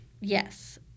Yes